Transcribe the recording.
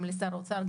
גם לשר האוצר,